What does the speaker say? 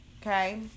okay